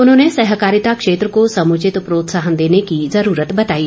उन्होंने सहकारिता क्षेत्र को समुचित प्रोत्साहन देने की जरूरत बताई